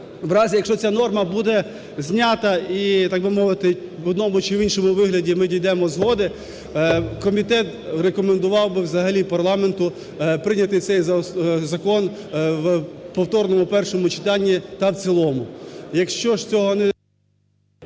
якщо ця норма буде знята і, так би мовити, в одному чи іншому вигляді ми дійдемо згоди, комітет рекомендував би взагалі парламенту прийняти цей закон в повторному першому читанні та в цілому. Якщо ж цього не…